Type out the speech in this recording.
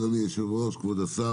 תודה, אדוני היושב-ראש, כבוד השר.